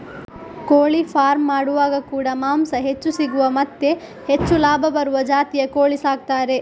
ಕೋಳಿ ಫಾರ್ಮ್ ಮಾಡುವಾಗ ಕೂಡಾ ಮಾಂಸ ಹೆಚ್ಚು ಸಿಗುವ ಮತ್ತೆ ಹೆಚ್ಚು ಲಾಭ ಬರುವ ಜಾತಿಯ ಕೋಳಿ ಸಾಕ್ತಾರೆ